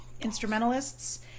instrumentalists